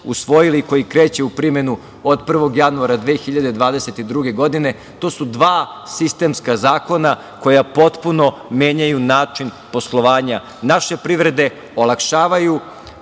usvojili, koji kreće u primenu od 1. januara 2022. godine, to su dva sistemska zakona koja potpuno menjaju način poslovanja naše privrede, olakšavaju,